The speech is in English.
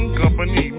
company